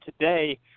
today